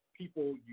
people